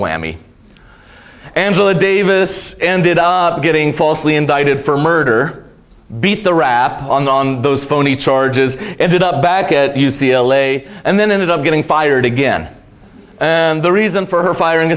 whammy angela davis ended up getting falsely indicted for murder beat the rap on those phony charges ended up back at u c l a and then ended up getting fired again and the reason for her firing